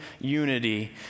unity